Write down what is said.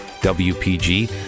W-P-G